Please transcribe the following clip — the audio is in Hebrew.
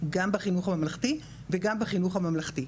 גם בחינוך הממלכתי וגם בחינוך הממלכתי-דתי.